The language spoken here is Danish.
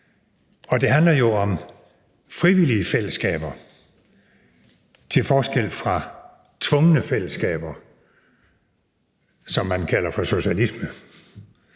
Og det handler jo om frivillige fællesskaber til forskel fra tvungne fællesskaber – som man kalder for socialisme.